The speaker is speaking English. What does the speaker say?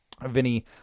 Vinny